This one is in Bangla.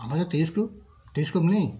আমাদের তো টেলিস্কোপ টেলিস্কোপ নেই